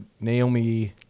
Naomi